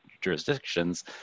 jurisdictions